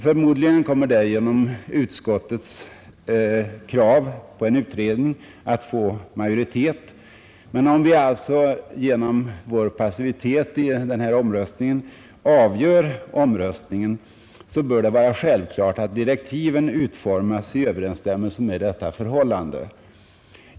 Förmodligen kommer därigenom utskottets krav på en utredning att få majoritet, men om vi alltså genom vår passivitet i denna omröstning avgör densamma bör det vara självklart att direktiven utformas i överensstämmelse med detta förhållande.